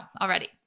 already